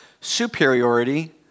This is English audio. superiority